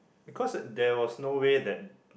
because there was no way that